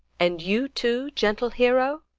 and you too, gentle hero?